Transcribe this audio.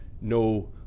no